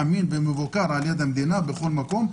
אמין ומבוקר על ידי המדינה בכל מקום,